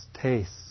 tastes